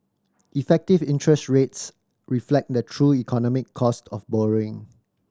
effective interest rates reflect the true economic cost of borrowing